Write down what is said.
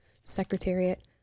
secretariat